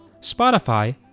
Spotify